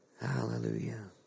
Hallelujah